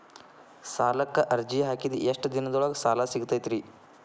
ಸಾಲಕ್ಕ ಅರ್ಜಿ ಹಾಕಿದ್ ಎಷ್ಟ ದಿನದೊಳಗ ಸಾಲ ಸಿಗತೈತ್ರಿ?